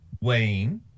Wayne